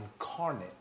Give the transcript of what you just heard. incarnate